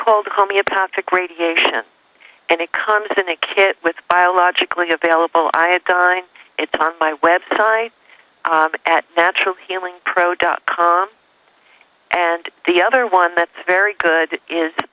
called homeopathic radiation and it comes in a kit with biologically available i have done it on my website at natural healing pro dot com and the other one that's very good is